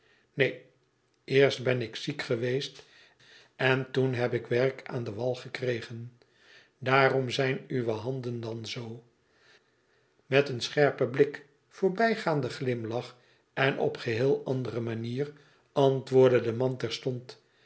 neen eerst ben ik ziek geweest en toen heb ik werk aan den wal gekregen daarom zijn uwe handen dan zoo met een scherpen blik voorbijgaanden glimlach en op geheel andere manier antwoordde de man terstond